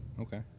okay